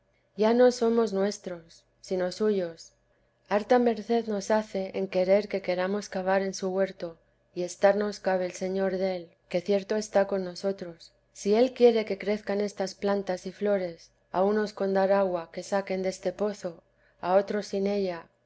ya no somos nuestros sino suyos harta merced nos hace en querer que queramos cavar en su huerto y estarnos cabe el señor del que cierto está con nosotros si él quiere que crezcan estas plantas y flores a unos con dar agua que saquen deste pozo a otros sin ella